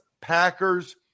Packers